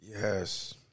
Yes